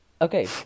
Okay